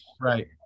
Right